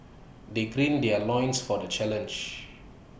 they green their loins for the challenge